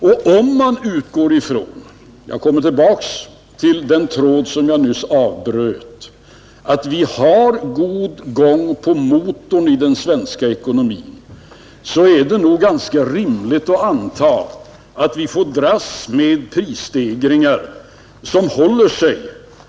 Och om man utgår ifrån — jag kommer tillbaka till den tråd jag nyss avbröt — att vi har god gång på motorn i den svenska ekonomin, är det nog ganska rimligt att anta att vi får dras med prisstegringar som håller sig kring 3—4 procent.